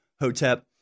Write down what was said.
Hotep